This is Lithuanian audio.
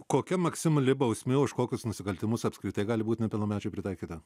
kokia maksimali bausmė už kokius nusikaltimus apskritai gali būti nepilnamečiui pritaikyta